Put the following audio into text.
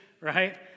right